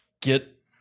get